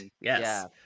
Yes